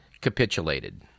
capitulated